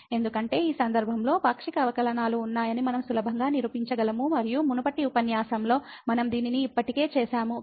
ఎందుకంటే ఈ సందర్భంలో పాక్షిక అవకలనాలు ఉన్నాయని మనం సులభంగా నిరూపించగలము మరియు మునుపటి ఉపన్యాసాలలో మనం దీనిని ఇప్పటికే చేసాము